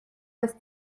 bez